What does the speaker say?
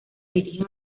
dirigen